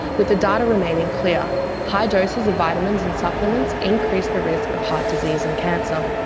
with the data remaining clear high doses of vitamins and supplements increase the risk of heart disease and cancer.